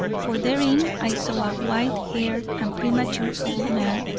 for therein i saw a white-haired and premature old man,